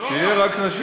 שיהיו רק נשים.